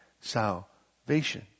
salvation